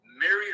married